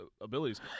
abilities